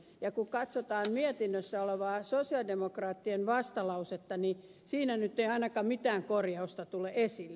kun katsotaan mietinnössä olevaa sosialidemokraattien vastalausetta niin siinä nyt ei ainakaan mitään korjausta tule esille